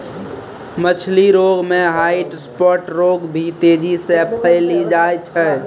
मछली रोग मे ह्वाइट स्फोट रोग भी तेजी से फैली जाय छै